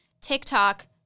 TikTok